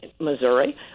Missouri